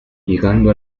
llegando